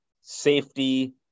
safety